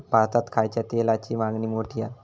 भारतात खायच्या तेलाची मागणी मोठी हा